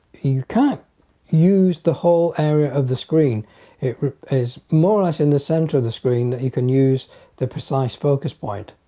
you can't use the whole area of the screen it is more or less in the center of the screen that you can use the precise focus point.